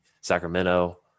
sacramento